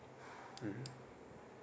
mmhmm